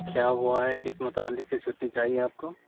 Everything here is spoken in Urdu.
کیا ہوا ہے کس متعلق سے چھٹی چاہیے آپ کو